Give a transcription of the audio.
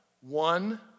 One